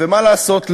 מה לעשות,